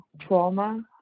trauma